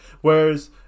Whereas